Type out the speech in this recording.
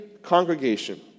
congregation